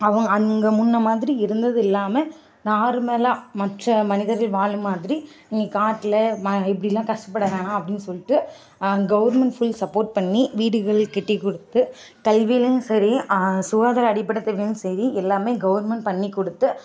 அவங்க அங்கே முன்னே மாதிரி இருந்தது இல்லாமல் நார்மலாக மற்ற மனிதர்கள் வாழும் மாதிரி நீ காட்டில் இப்படிலாம் கஷ்டப்பட வேணாம் அப்படின்னு சொல்லிட்டு கவுர்மெண்ட் ஃபுல் சப்போர்ட் பண்ணி வீடுகள் கட்டி கொடுத்து கல்விலேயும் சரி சுகாதார அடிப்படைத் தேவையும் சரி எல்லாமே கவுர்மெண்ட் பண்ணி கொடுத்து